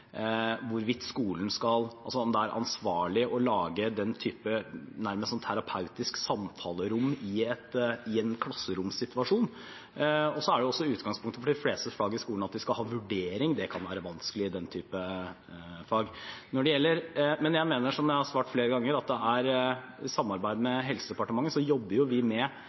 om det er ansvarlig å lage den typen nærmest terapeutisk samtalerom i en klasseromssituasjon, og så er også utgangspunktet for de fleste fag i skolen at de skal ha vurdering. Det kan være vanskelig i denne typen fag. Men som jeg har svart flere ganger, jobber vi i samarbeid med Helsedepartementet